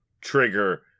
trigger